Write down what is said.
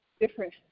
different